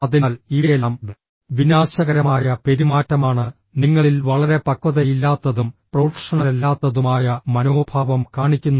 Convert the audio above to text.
അതിനാൽ ഇവയെല്ലാം വിനാശകരമായ പെരുമാറ്റമാണ് നിങ്ങളിൽ വളരെ പക്വതയില്ലാത്തതും പ്രൊഫഷണലല്ലാത്തതുമായ മനോഭാവം കാണിക്കുന്നു